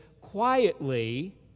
quietly